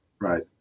Right